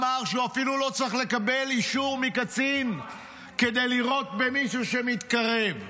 אמר שהוא אפילו לא צריך לקבל אישור מקצין כדי לירות במישהו שמתקרב.